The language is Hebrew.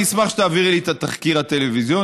אני אשמח שתעבירי לי את התחקיר הטלוויזיוני.